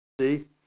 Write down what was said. See